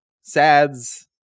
sads